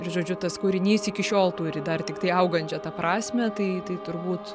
žodžiu tas kūrinys iki šiol turi dar tiktai augančią tą prasmę tai tai turbūt